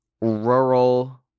rural